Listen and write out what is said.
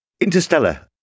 Interstellar